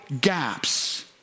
gaps